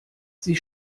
sie